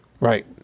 Right